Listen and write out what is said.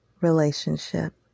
relationship